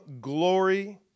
glory